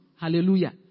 hallelujah